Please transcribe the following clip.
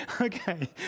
Okay